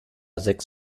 sechs